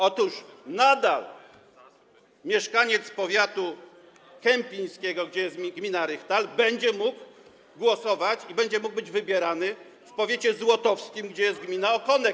Otóż nadal mieszkaniec powiatu kępińskiego, gdzie jest gmina Rychtal, będzie mógł głosować i będzie mógł być wybierany w powiecie złotowskim, gdzie jest gmina Okonek.